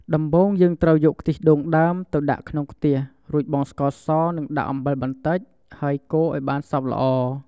ដំបូងយើងត្រូវយកខ្ទិះដូងដើម ទៅដាក់ក្នុងខ្ទះ រួចបង់ ស្ករស និងដាក់អំបិលបន្តិច ហើយកូរឱ្យបានសព្វល្អ។